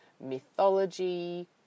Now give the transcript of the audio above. mythology